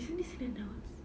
isn't this in the notes